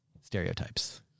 stereotypes